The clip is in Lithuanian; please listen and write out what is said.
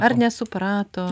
ar nesuprato